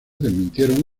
desmintieron